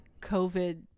COVID